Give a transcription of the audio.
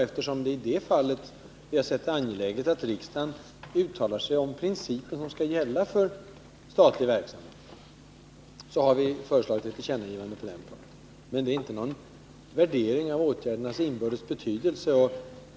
Eftersom vi anser det angeläget att riksdagen uttalar sig om de principer som skall gälla för statlig verksamhet, har vi föreslagit ett tillkännagivande på den punkten. Men det är inte någon värdering av åtgärdernas inbördes betydelse.